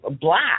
black